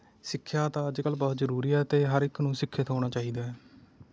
ਸਿੱਖਿਆ ਤਾਂ ਅੱਜ ਕੱਲ੍ਹ ਬਹੁਤ ਜ਼ਰੂਰੀ ਹੈ ਅਤੇ ਹਰ ਇੱਕ ਨੂੰ ਸਿੱਖਿਅਤ ਹੋਣਾ ਚਾਹੀਦਾ ਹੈ